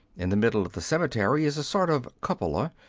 in the middle of the cemetery is a sort of cupola,